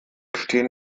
stehen